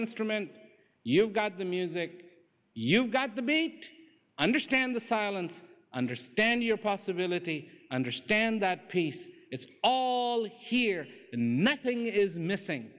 instrument you've got the music you've got the bait understand the silence understand your possibility understand that peace is all here and nothing is missing